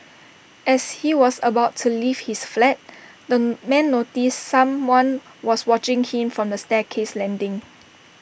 as he was about to leave his flat the man noticed someone was watching him from the staircase landing